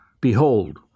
Behold